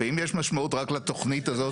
ואם יש משמעות רק לתוכנית הזאת?